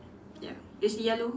ya it's yellow